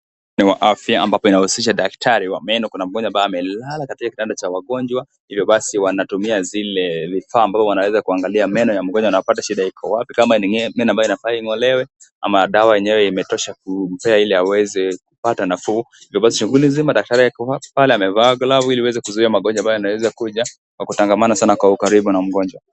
NI wa afya ambapo inahusisha daktari wa meno, kuna mgonjwa amelala katika kiwanja cha wagonjwa hivyo basi wanatumia zile vifaa ambazo wanaeza kuangalia meno ya mgonjwa na wapate shida iko wapi, kama NI meno ambayo inafaa ungolewe ama dawa yenyewe imetosha kumpea ili aweze kupata nafuu. Hi I basi shughuli hizi daktari amevaa glovu Ile aweze kuzuia magonjwa ambayo Inaezakuja kutangamana Sana karibu na mgonjwa.